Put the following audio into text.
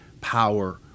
power